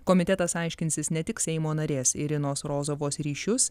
komitetas aiškinsis ne tik seimo narės irinos rozovos ryšius